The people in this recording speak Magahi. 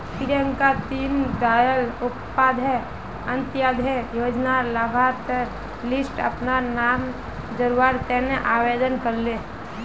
प्रियंका दीन दयाल उपाध्याय अंत्योदय योजनार लाभार्थिर लिस्टट अपनार नाम जोरावर तने आवेदन करले